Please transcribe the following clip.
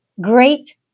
great